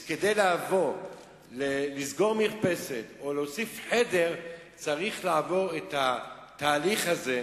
כדי לבוא לסגור מרפסת או להוסיף חדר צריך לעבור את התהליך הזה.